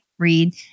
read